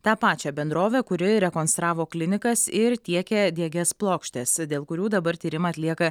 tą pačią bendrovę kuri rekonstravo klinikas ir tiekia diegias plokštės dėl kurių dabar tyrimą atlieka